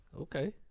Okay